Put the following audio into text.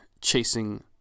chasing